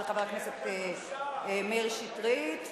של חבר הכנסת מאיר שטרית,